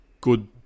good